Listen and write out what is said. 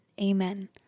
Amen